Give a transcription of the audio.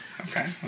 okay